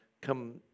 come